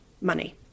money